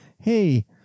Hey